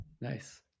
Nice